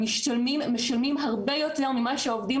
המשתלמים משלמים הרבה יותר ממה שהעובדים